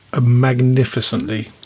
magnificently